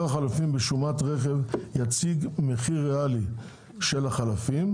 החלפים בשומת רכב יציג מחיר ריאלי של החלפים.